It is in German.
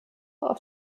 auf